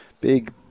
Big